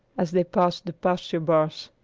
as they passed the pasture bars.